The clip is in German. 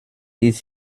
ist